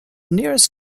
nearest